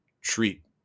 treat